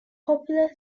popular